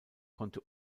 konnte